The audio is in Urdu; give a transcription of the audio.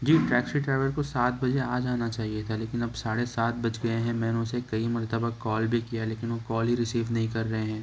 جی ٹیکسی ڈرائیور کو سات بجے آ جانا چاہیے تھا لیکن اب ساڑھے سات بج گئے ہیں میں نے اسے کئی مرتبہ کال بھی کیا لیکن وہ کال ہی ریسیو نہیں کر رہے ہیں